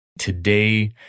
Today